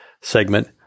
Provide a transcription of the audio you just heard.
segment